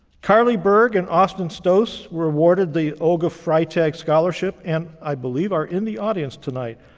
carly berg and austin so so were awarded the olga freitag scholarship, and i believe are in the audience tonight.